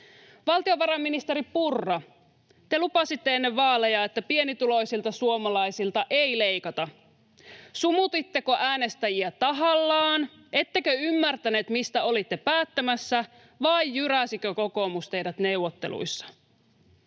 Valtiovarainministeri Purra, te lupasitte ennen vaaleja, että pienituloisilta suomalaisilta ei leikata. Sumutitteko äänestäjiä tahallanne, ettekö ymmärtänyt, mistä olette päättämässä, vai jyräsikö kokoomus teidät neuvotteluissa?